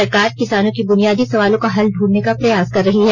सरकार किसानों की बुनियादी सवालों का हल ढूढने का प्रयास कर रही है